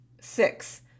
Six